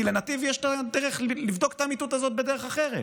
כי לנתיב יש דרך לבדוק את האמיתות הזאת בדרך אחרת.